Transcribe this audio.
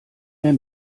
mehr